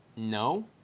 No